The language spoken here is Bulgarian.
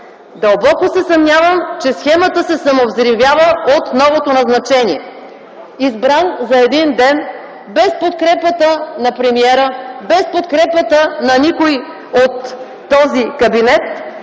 Дълбоко се съмнявам, че схемата се самовзривява от новото назначение. Избран за един ден, без подкрепата на премиера, без подкрепата на никой от този кабинет,